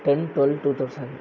ten twelve two thousand